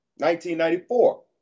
1994